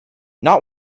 not